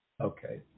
Okay